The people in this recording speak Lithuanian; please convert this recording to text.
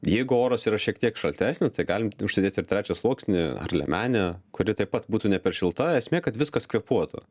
jeigu oras yra šiek tiek šaltesnis tai galim užsidėti ir trečią sluoksnį ar liemenę kuri taip pat būtų ne per šilta esmė kad viskas kvėpuotų